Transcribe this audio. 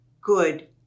good